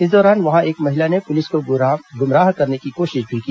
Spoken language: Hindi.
इस दौरान वहां एक महिला ने पुलिस को गुमराह करने की कोशिश भी की